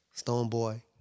Stoneboy